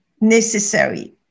necessary